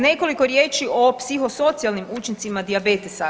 Nekoliko riječi o psihosocijalnim učincima dijabetesa.